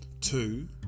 Two